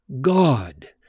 God